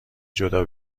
جدا